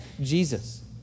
Jesus